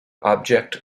object